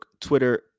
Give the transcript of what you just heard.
Twitter